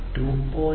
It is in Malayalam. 484 gigahertz 2